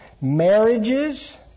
marriages